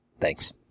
Thanks